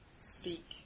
speak